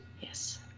Yes